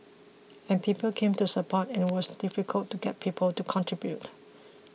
and people came to support and it was difficult to get people to contribute